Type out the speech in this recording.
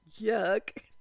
yuck